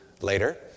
later